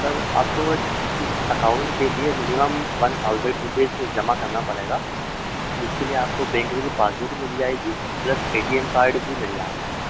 sir आपको इस account के लिए मिनिमम वन थाउज़ेंड रुपीज़ तो जमा करना पड़ेगा जिसके लिए आपको बैंक की पासबुक मिल जाएगी plus A T M card भी मिल जाएगा आपको